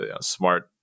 smart